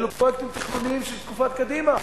אלה פרויקטים תכנוניים של תקופת קדימה.